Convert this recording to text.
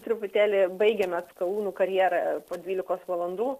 truputėlį baigiamė atskalūnų karjerą po dvylikos valandų